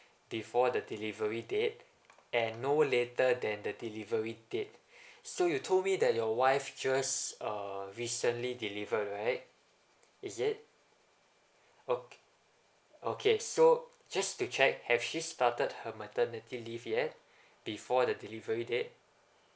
before the delivery date and no later than the delivery date so you told me that your wife just uh recently deliver right is it oh okay so just to check have she started her maternity leave yet before the delivery date